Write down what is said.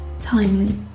Timely